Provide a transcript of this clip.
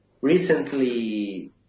Recently